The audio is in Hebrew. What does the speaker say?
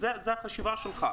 וזו החשיבה שלך,